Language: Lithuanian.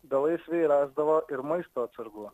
belaisviai rasdavo ir maisto atsargų